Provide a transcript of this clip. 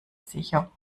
sicher